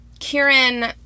Kieran